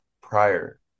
prior